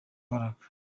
imbaraga